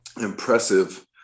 impressive